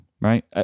right